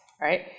right